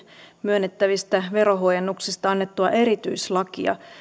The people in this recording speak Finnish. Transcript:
myönnettävistä verohuojennuksista annettua erityislakia